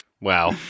Wow